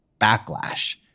backlash